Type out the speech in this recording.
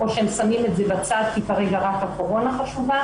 או שהם שמים את זה בצד כי כרגע רק הקורונה חשובה.